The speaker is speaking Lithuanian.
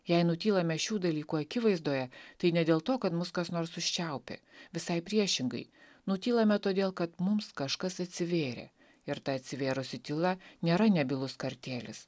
jei nutylame šių dalykų akivaizdoje tai ne dėl to kad mus kas nors užčiaupė visai priešingai nutylame todėl kad mums kažkas atsivėrė ir ta atsivėrusi tyla nėra nebylus kartėlis